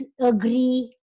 agree